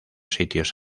sitios